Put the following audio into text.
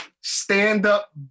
stand-up